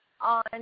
on